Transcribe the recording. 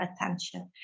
attention